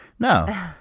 No